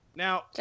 Now